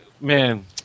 man